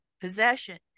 possession